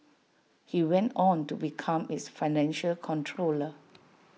he went on to become its financial controller